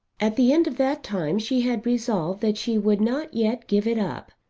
at the end of that time she had resolved that she would not yet give it up.